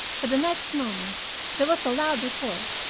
but the next moment there was a loud report,